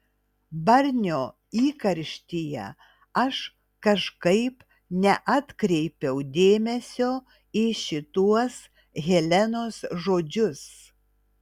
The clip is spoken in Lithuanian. barnio įkarštyje aš kažkaip neatkreipiau dėmesio į šituos helenos žodžius